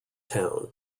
town